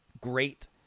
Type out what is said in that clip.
Great